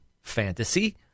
fantasy